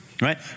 right